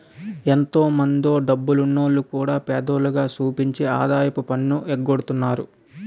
ఎంతో మందో డబ్బున్నోల్లు కూడా పేదోల్లుగా సూపించి ఆదాయపు పన్ను ఎగ్గొడతన్నారు